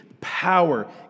Power